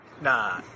Nah